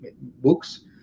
books